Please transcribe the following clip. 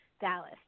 Dallas